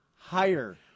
higher